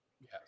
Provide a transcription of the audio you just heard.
Yes